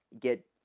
get